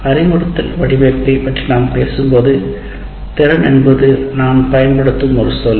அறிவுறுத்தல் வடிவமைப்பைப் பற்றி நாம் பேசும்போது திறமை என்பது நாம் பயன்படுத்தும் ஒரு சொல்